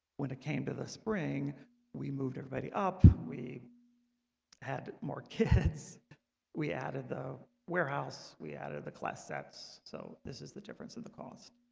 when it came to the spring we moved everybody up we had more kids we added the warehouse. we added the class sets. so this is the difference of the cost.